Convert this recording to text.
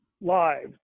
lives